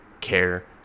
care